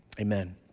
amen